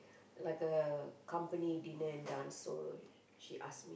like a company dinner and dance so she asked me